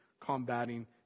combating